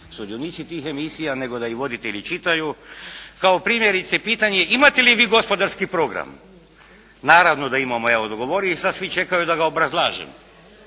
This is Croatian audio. sudionici tih emisija nego da ih voditelji čitaju. Kao primjerice pitanje imate li vi gospodarski program. Naravno da imamo, evo odgovoriti i sad svi čekaju da ga obrazlažem.